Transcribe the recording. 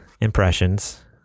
Impressions